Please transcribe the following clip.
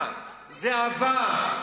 אבל זה היה, זה עבר.